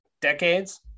Decades